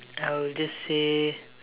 I will just say